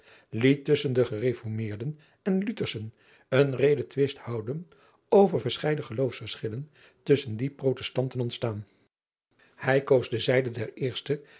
tusschen de ereformeerden en utherschen een redentwist houden over verscheiden geloofsverschillen tusschen die rotestanten ontstaan ij koos de zijde der eerste